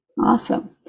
Awesome